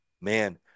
man